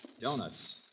Donuts